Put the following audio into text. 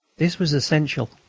this was essential,